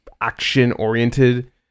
action-oriented